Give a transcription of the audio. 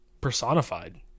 personified